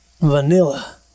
Vanilla